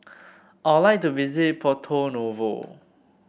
I would like to visit Porto Novo